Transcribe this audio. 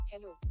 Hello